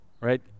right